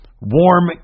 warm